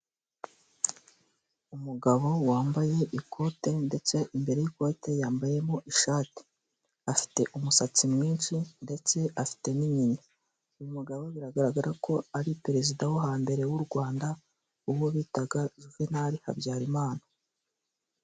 Umugabo wambaye ikote ndetse imbere y'ikote yambayemo ishati afite umusatsi mwinshi ndetse afite n'inyinya, uyu mugabo biragaragara ko ari perezida wo hambere w'u Rwanda uwo bitaga Juvenal Habyarimana.